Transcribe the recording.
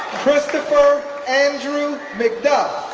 christopher andrew mcduff,